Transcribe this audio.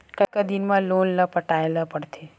कतका दिन मा लोन ला पटाय ला पढ़ते?